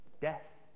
Death